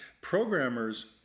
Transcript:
Programmers